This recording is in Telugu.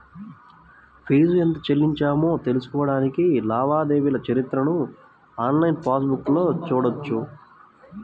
ఫీజు ఎంత చెల్లించామో తెలుసుకోడానికి లావాదేవీల చరిత్రను ఆన్లైన్ పాస్ బుక్లో చూడొచ్చు